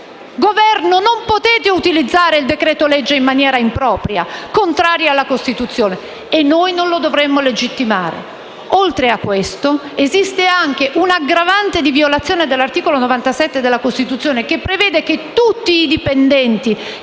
Governo non può utilizzare il decreto-legge in maniera impropria, contraria alla Costituzione, e che noi non lo dovremmo legittimare. Oltre a questo, esiste anche l'aggravante di una violazione dell'articolo 97 della Costituzione, per cui tutti i dipendenti